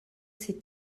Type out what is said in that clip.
ses